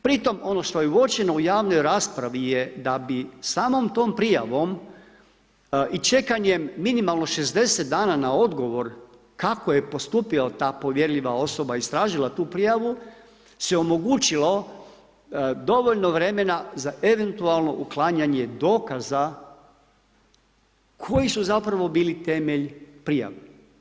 Pri tome ono što je uočeno u javnoj raspravi je da bi samom tom prijavom i čekanjem minimalno 60 dana na odgovor kako je postupila ta povjerljiva osoba, istražila tu prijavu se omogućilo dovoljno vremena za eventualno uklanjanje dokaza koji su zapravo bili temelj prijave.